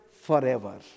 forever